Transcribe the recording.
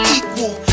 equal